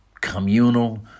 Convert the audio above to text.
communal